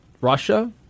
Russia